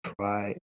try